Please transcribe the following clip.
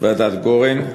ועדת גורן?